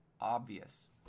obvious